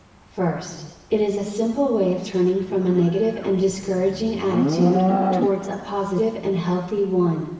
first it is a simple way of turning from a negative and discouraging attitude, towards a positive and healthy one.